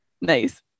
nice